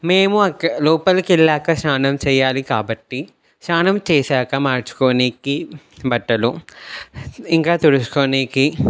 మేము లోపలికి వెళ్ళాక స్నానం చెయ్యాలి కాబట్టి స్నానం చేశాక మార్చుకోవడానికి బట్టలు ఇంకా తుడుచుకోవడానికి